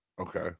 Okay